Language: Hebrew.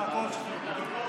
מכובדי ראש הממשלה,